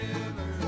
River